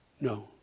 No